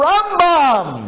Rambam